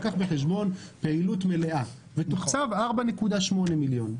לקח בחשבון פעילות מלאה ותוקצב 4.8 מיליון.